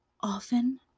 often